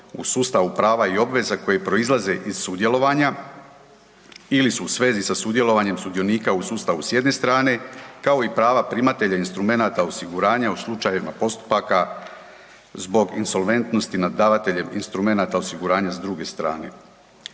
u sustavu prava i obveza koje proizlaze iz sudjelovanja ili su u svezi sa sudjelovanjem sudionika u sustavu s jedne strane, kao i prava primatelja instrumenata osiguranja u slučajevima postupaka zbog insolventnosti nad davateljem instrumenata osiguranja s druge strane.